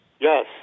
Yes